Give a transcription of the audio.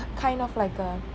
kind of like a